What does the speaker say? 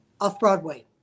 off-Broadway